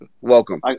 welcome